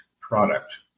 product